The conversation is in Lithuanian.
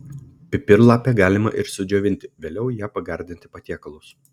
pipirlapę galima ir sudžiovinti vėliau ja pagardinti patiekalus